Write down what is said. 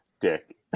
dick